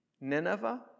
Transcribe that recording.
Nineveh